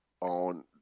on